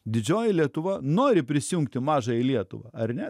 didžioji lietuva nori prisijungti mažąją lietuvą ar ne